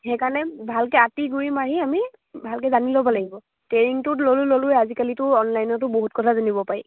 সেইকাৰণে ভালকে আঁতি গুৰি মাৰি আমি ভালকৈ জানি ল'ব লাগিব ট্ৰেইনিংটোত ল'লোঁ ল'লোঁ আজিকালিতো অনলাইনতো বহুত কথা জানিব পাৰি